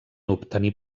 obtenir